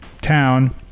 town